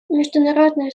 международное